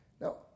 Now